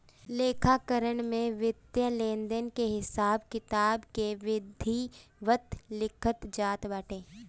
लेखाकरण में वित्तीय लेनदेन के हिसाब किताब के विधिवत लिखल जात बाटे